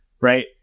right